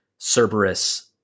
Cerberus